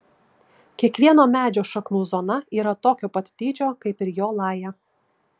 kiekvieno medžio šaknų zona yra tokio pat dydžio kaip jo laja